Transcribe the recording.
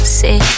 say